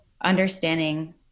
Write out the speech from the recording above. understanding